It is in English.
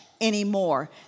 anymore